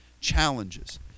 challenges